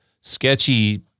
sketchy